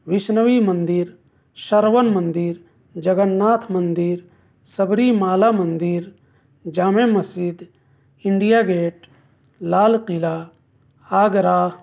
وشنوی مندر شرون مندر جگن ناتھ مندر سبری مالا مندر جامع مسجد انڈیا گیٹ لال قلعہ آگرہ